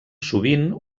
sovint